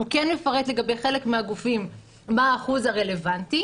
הוא כן מפרט לגבי חלק מהגופים מה אחוז הרלוונטי.